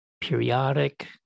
periodic